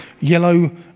yellow